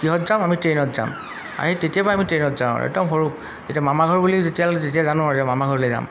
কিহত যাম আমি ট্ৰেইনত যাম আমি তেতিয়াৰ পৰাই আমি ট্ৰেইনত যাওঁ আৰু একদম সৰু এতিয়া মামাঘৰ বুলি যেতিয়ালৈ যেতিয়া জানো আৰু মামাঘৰলৈ যাম